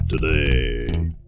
today